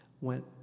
went